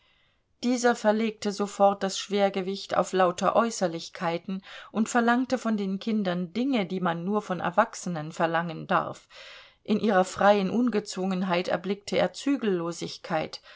dieser verlegte sofort das schwergewicht auf lauter äußerlichkeiten und verlangte von den kindern dinge die man nur von erwachsenen verlangen darf in ihrer freien ungezwungenheit erblickte er zügellosigkeit